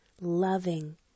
loving